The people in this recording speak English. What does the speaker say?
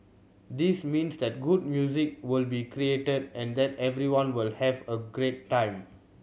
this means that good music will be created and that everyone will have a great time